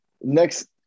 Next